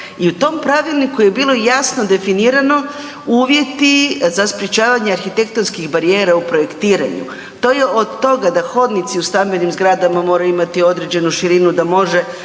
I u tom pravilniku je bilo jasno definirano uvjeti za sprječavanje arhitektonskih barijera u projektiranju. To je od toga da hodnici u stambenim zgrada moraju imati određenu širinu da može